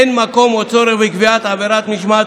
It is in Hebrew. אין מקום או צורך בקביעת עבירת משמעת